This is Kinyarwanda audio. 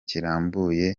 kirambuye